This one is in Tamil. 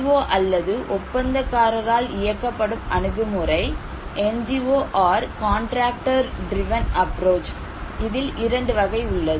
ஓ அல்லது ஒப்பந்தக்காரரால் இயக்கப்படும் அணுகுமுறை இதில் இரண்டு வகை உள்ளது